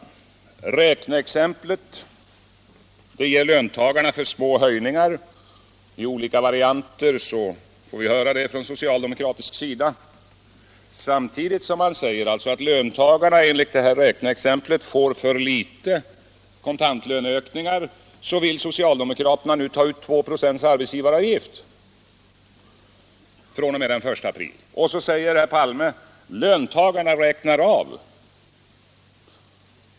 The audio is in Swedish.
Räkneexemplet ger löntagarna för små höjningar, får vi i olika varianter höra från socialdemokratiskt håll. Men samtidigt som man säger att löntagarna enligt räkneexemplet får för små kontantlöneökningar vill socialdemokraterna ta ut ytterligare 2 26 arbetsgivaravgift fr.o.m. den I april. Herr Palme säger: Löntagarna räknar av det.